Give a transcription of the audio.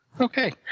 Okay